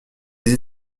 les